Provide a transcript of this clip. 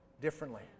differently